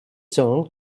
song